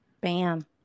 Bam